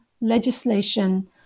legislation